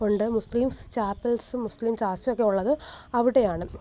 ഉണ്ട് മുസ്ലിംസ് ചാപ്പൽസും മുസ്ലിം ചർച്ചൊക്കെയുള്ളത് അവിടെയാണ്